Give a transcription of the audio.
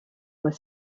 were